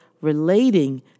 relating